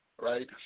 right